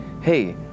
Hey